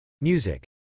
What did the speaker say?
music